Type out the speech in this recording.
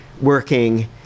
working